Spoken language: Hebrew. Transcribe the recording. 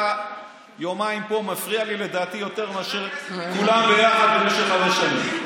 אתה יומיים פה ומפריע לי לדעתי יותר מאשר כולם ביחד במשך חמש שנים.